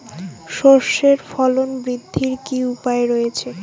সর্ষের ফলন বৃদ্ধির কি উপায় রয়েছে?